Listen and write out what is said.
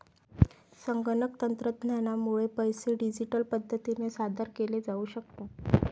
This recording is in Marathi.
संगणक तंत्रज्ञानामुळे पैसे डिजिटल पद्धतीने सादर केले जाऊ शकतात